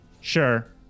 Sure